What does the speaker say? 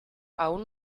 aún